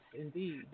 indeed